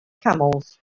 camels